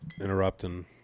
interrupting